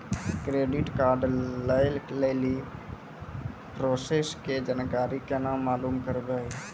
Credit card लय लेली process के जानकारी केना मालूम करबै?